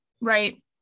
Right